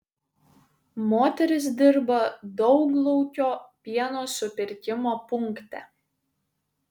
moteris dirba dauglaukio pieno supirkimo punkte